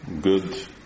good